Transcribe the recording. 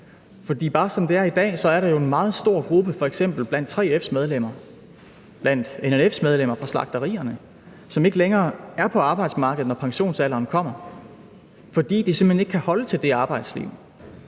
er i dag, er der jo en meget stor gruppe blandt f.eks. 3F's medlemmer og blandt NNF's medlemmer på slagterierne, som ikke længere er på arbejdsmarkedet, når pensionsalderen kommer, fordi de simpelt hen ikke kan holde til det arbejdsliv.